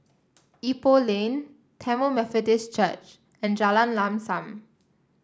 Ipoh Lane Tamil Methodist Church and Jalan Lam Sam